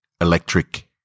electric